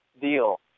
deal